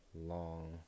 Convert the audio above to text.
long